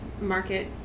market